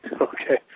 Okay